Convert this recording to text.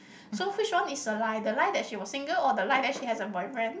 so which one is the lie the lie that she was single or the lie that she has a boyfriend